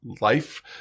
life